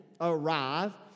arrive